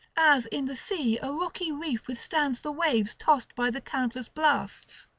as in the sea a rocky reef withstands the waves tossed by the countless blasts.